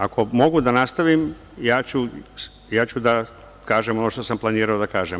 Ako mogu da nastavim, ja ću da kažem ono što sam planirao da kažem.